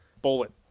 bullet